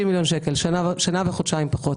60 מיליון שקל, שנה וחודשיים פחות.